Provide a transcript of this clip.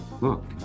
look